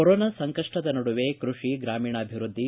corona ಸಂಕಷ್ಟದ ನಡುವೆ ಕೃಷಿ ಗ್ರಾಮೀಣಾಭಿವೃದ್ಧಿ